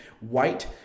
white